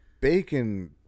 bacon